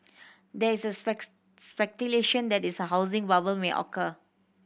there is a speculation that is a housing bubble may occur